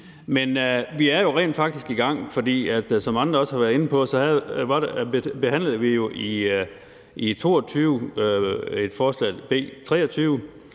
Men vi er jo rent faktisk i gang, for som andre også har været inde på, behandlede vi jo i 2022 et forslag, B 23,